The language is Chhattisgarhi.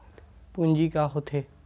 पूंजी का होथे?